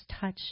touch